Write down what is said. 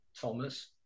Thomas